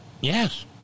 Yes